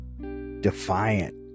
defiant